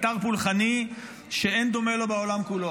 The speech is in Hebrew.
אתר פולחני שאין דומה לו בעולם כולו,